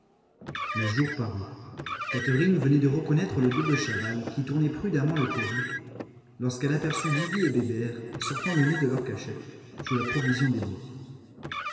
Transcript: le jour parut catherine venait de reconnaître le dos de chaval qui tournait prudemment le terri lorsqu'elle aperçut lydie et bébert sortant le nez de leur cachette sous la provision des bois